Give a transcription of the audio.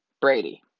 Brady